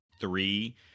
three